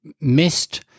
missed